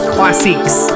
Classics